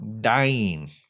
dying